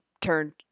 turned